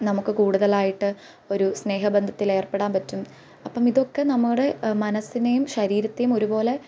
നമുക്ക് കൂടുതലായിട്ട് ഒരു സ്നേഹബന്ധത്തിൽ ഏർപ്പെടാൻ പറ്റും അപ്പോൾ ഇതൊക്കെ നമ്മുടെ മനസ്സിനെയും ശരീരത്തെയും ഒരുപോലെ